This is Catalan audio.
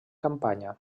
campanya